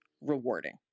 rewarding